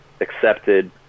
accepted